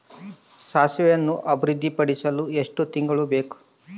ಸಾಸಿವೆಯನ್ನು ಅಭಿವೃದ್ಧಿಪಡಿಸಲು ಎಷ್ಟು ತಿಂಗಳು ಬೇಕು?